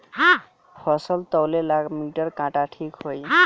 फसल तौले ला मिटर काटा ठिक होही?